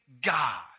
god